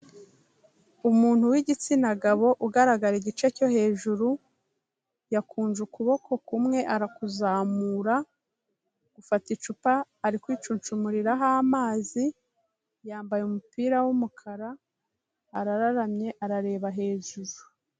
Umuntu w'igitsina gabo ugaragara igice cyo hejuru yakunje ukuboko kumwe arakuzamura afata icupa ari kwicunshumuriraho amazi yambaye umupira w'umukara arararamye arareba hejuru.